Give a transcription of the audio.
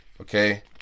Okay